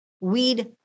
Weed